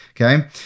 Okay